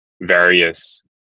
various